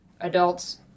adults